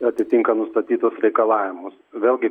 atitinka nustatytus reikalavimus vėlgi